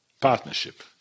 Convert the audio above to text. Partnership